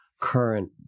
current